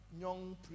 young